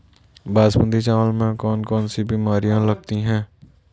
बासमती चावल में कौन कौन सी बीमारियां लगती हैं?